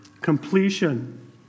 completion